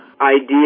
idea